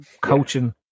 coaching